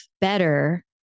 better